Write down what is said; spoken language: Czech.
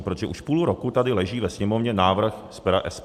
Protože už půl roku tady leží ve Sněmovně návrh z pera SPD.